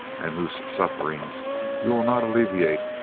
and whose sufferings you will not alleviate,